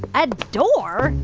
a door?